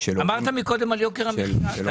יש יותר